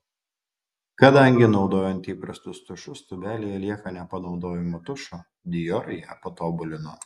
kadangi naudojant įprastus tušus tūbelėje lieka nepanaudojamo tušo dior ją patobulino